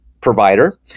Provider